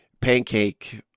pancake